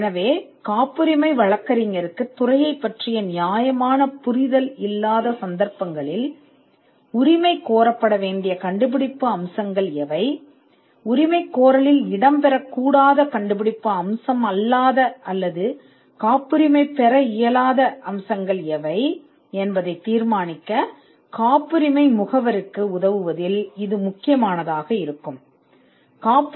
எனவே காப்புரிமை வழக்கறிஞருக்கு புலத்தைப் பற்றி நியாயமான புரிதல் இல்லாத சந்தர்ப்பங்களில் உரிமை கோரப்பட்ட கண்டுபிடிப்பு அம்சங்கள் என்னவாக இருக்க வேண்டும் என்பதை தீர்மானிக்க காப்புரிமை முகவருக்கு உதவுவதில் இது முக்கியமானதாக இருக்கும் மற்றும் கண்டுபிடிப்பு அல்லாத அல்லது அல்லாதவை என்ன